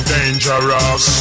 Dangerous